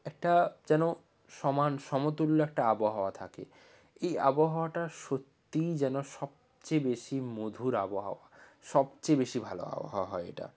একটা যেন সমান সমতুল্য একটা আবহাওয়া থাকে এই আবহাওয়াটা সত্যিই যেন সবচেয়ে বেশি মধুর আবহাওয়া সবচেয়ে বেশি ভালো আবহাওয়া হয় এটা